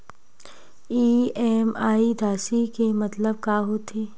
EMI राशि के मतलब का होथे?